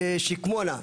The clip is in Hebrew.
"שקמונה",